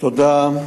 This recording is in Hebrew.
תודה.